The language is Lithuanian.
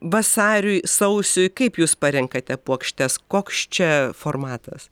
vasariui sausiui kaip jūs parenkate puokštes koks čia formatas